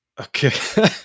okay